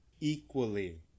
equally